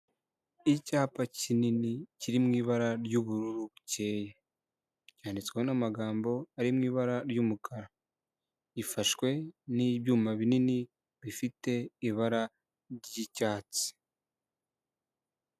Icyapa kinini kiri mu ibara ry'ubururu buke cyanditsweho n'amagambo ari mu ibara ry'umukara. Gifashwe n'ibyuma binini bifite ibara ry'icyatsi.